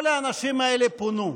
כל האנשים האלה פונו.